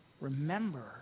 Remember